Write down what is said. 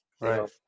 Right